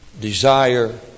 desire